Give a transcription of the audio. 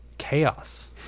chaos